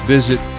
visit